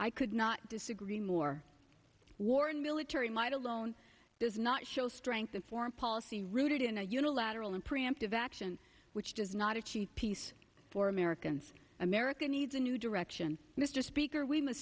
i could not disagree more war and military might alone does not show strength of foreign policy rooted in a unilateral and preemptive action which does not achieve peace for americans america needs a new direction mr speaker we must